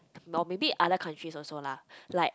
no maybe other countries also lah like